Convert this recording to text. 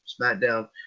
SmackDown